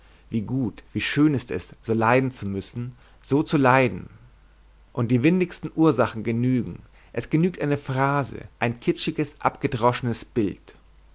wie gut wie schön ist es so leiden zu müssen so zu leiden und die windigsten ursachen genügen es genügt eine phrase ein kitschiges abgedroschenes bild